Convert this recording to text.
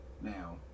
now